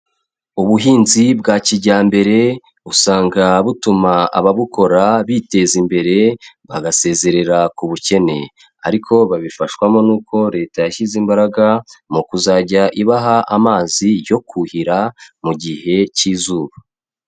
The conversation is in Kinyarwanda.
Ubuhinzi bwa kijyambere usanga butuma ababukora biteza imbere bagasezerera ku bukene, ariko babifashwamo n'uko Leta yashyize imbaraga mu kuzajya ibaha amazi yo kuhira mu gihe cy'izuba.